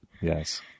Yes